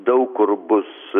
daug kur bus